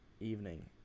evening